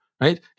Right